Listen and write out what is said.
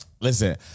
Listen